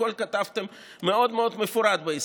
הכול כתבתם מאוד מאוד מפורט בהסכמים,